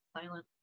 silent